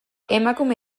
emakume